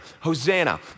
Hosanna